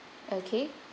okay